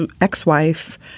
ex-wife